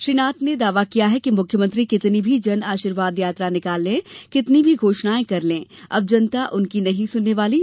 श्री नाथ ने दावा किया कि मुख्यमंत्री कितनी भी जन आशीर्वाद यात्रा निकाल लें कितनी भी घोषणाएं कर लें अब जनता उनकी नहीं सुनने वाली है